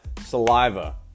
saliva